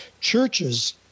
Churches